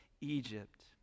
Egypt